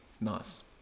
Nice